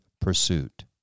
pursuit